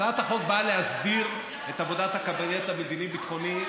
הצעת החוק באה להסדיר את עבודת הקבינט המדיני-ביטחוני,